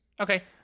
Okay